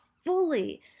fully